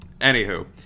Anywho